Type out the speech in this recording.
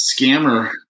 scammer